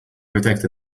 protect